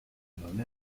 known